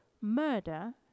murder